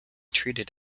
treated